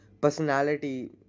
personality